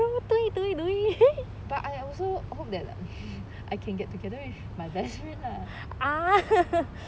but I also hope that I can get together with my best friend lah